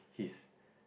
his